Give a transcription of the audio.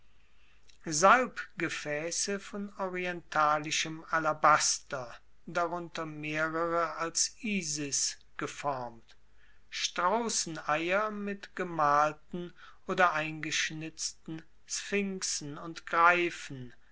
salbgefaesse von orientalischem alabaster darunter mehrere als isis geformt strausseneier mit gemalten oder eingeschnitzten sphinxen und greifen